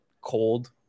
cold